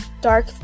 dark